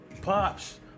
pops